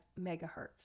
megahertz